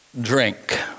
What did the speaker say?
drink